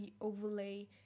overlay